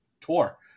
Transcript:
tour